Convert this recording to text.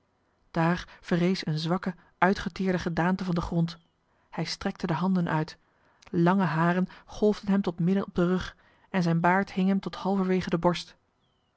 daar verrees eene zwakke uitgeteerde gedaante van den grond hij strekte de handen uit lange haren golfden hem tot midden op den rug en zijn baard hing hem halverwege de borst